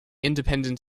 independent